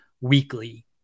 weekly